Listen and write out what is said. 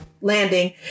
Landing